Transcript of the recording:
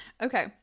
Okay